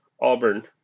Auburn